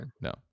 No